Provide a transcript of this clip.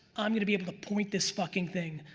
i'm gonna be able to point this fuckin' thing.